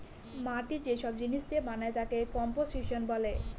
মাটি যে সব জিনিস দিয়ে বানায় তাকে কম্পোসিশন বলে